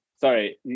sorry